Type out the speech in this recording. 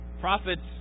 prophets